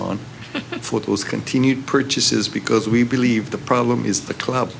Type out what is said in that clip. on what was continued purchases because we believe the problem is the club